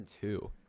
two